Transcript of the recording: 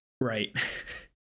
Right